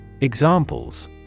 Examples